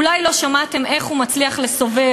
אולי לא שמעתם איך הוא מצליח לסובב,